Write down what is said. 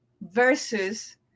versus